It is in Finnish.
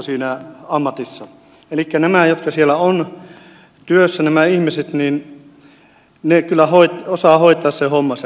elikkä nämä ihmiset jotka siellä ovat työssä he kyllä osaavat hoitaa sen hommansa